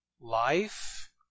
life